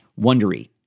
wondery